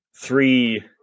three